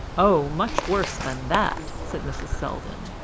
oh, much worse than that, said mrs. selldon,